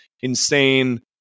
insane